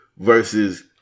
versus